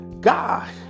God